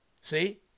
See